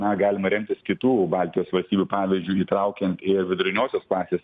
na galima remtis kitų baltijos valstybių pavyzdžiu įtraukiant ir viduriniosios klasės